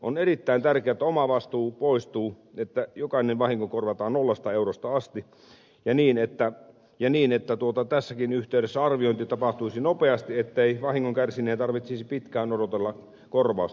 on erittäin tärkeää että omavastuu poistuu että jokainen vahinko korvataan nollasta eurosta asti ja niin että tässäkin yhteydessä arviointi tapahtuisi nopeasti ettei vahingon kärsineen tarvitsisi pitkään odotella korvausta